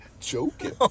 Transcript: joking